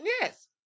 Yes